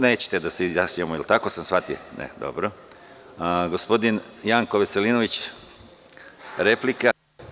Nećete da se izjašnjavamo, tako sam shvatio? (Ne) Gospodin Janko Veselinović, replika.